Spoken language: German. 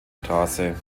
straße